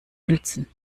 uelzen